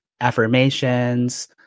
affirmations